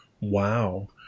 Wow